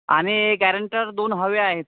आणि गॅरंटर दोन हवे आहेत